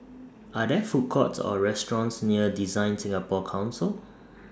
Are There Food Courts Or restaurants near DesignSingapore Council